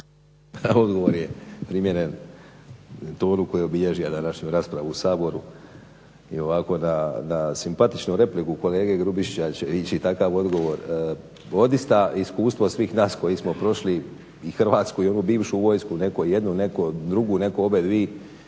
odgovor je primjeren toru koji je obilježio na našim raspravama u Saboru i ovako na simpatičnu repliku kolege Grubišića će ići takav odgovor. Odista iskustvo svih nas koji smo prošli i Hrvatsku i onu bivšu vojsku, netko jednu, netko drugu, netko obadvije